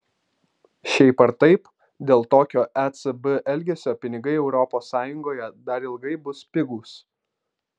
šiaip ar taip dėl tokio ecb elgesio pinigai europos sąjungoje dar ilgai bus pigūs